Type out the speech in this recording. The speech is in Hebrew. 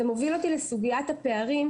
זה מוביל אותי לסוגיית הפערים,